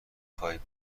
خوای